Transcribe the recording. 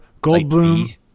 Goldblum